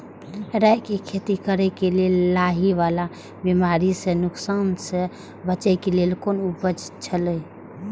राय के खेती करे के लेल लाहि वाला बिमारी स नुकसान स बचे के लेल कोन उपाय छला?